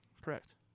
correct